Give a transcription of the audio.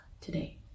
today